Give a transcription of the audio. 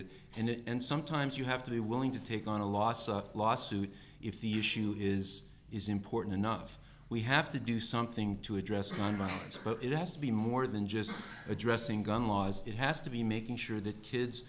it and sometimes you have to be willing to take on a loss a lawsuit if the issue is is important enough we have to do something to address gun rights but it has to be more than just addressing gun laws it has to be making sure that kids